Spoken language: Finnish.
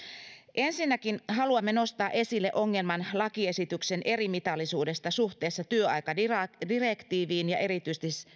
ensinnäkin haluamme nostaa esille ongelman lakiesityksen erimitallisuudesta suhteessa työaikadirektiiviin ja erityisesti